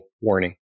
warning